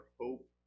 hope